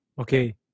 Okay